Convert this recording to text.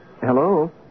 Hello